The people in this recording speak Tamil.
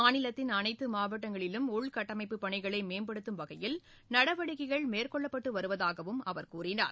மாநிலத்தின் அனைத்து மாவட்டங்களிலும் உள்கட்டமைப்பு பணிகளை மேம்படுத்தும் வகையில் நடவடிக்கைகள் மேற்கொள்ளப்பட்டு வருவதாகவும் அவர் கூறினார்